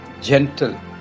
gentle